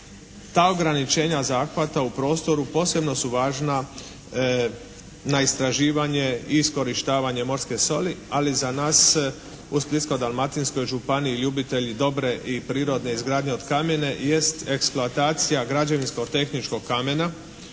Ta ograničenja zahvata u prostoru posebno su važna na istraživanje i iskorištavanje morske soli, ali za nas u Splitsko-Dalmatinskoj županiji ljubitelji dobre i prirodne izgradnje od kamena jest eksploatacija građevinsko-tehničkog kamena